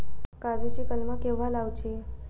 काजुची कलमा केव्हा लावची?